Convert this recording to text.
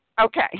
Okay